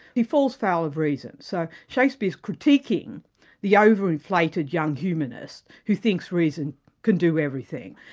he falls foul of reason, so shakespeare's critiquing the over-inflated young humanist who thinks reason can do everything.